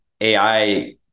AI